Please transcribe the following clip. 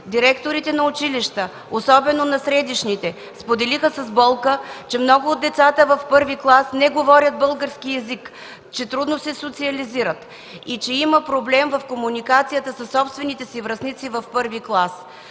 директорите на училища, особено на средищните, споделиха с болка, че много от децата в І клас не говорят български език, че трудно се социализират и че имат проблем в комуникацията със собствените си връстници в І клас.